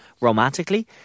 romantically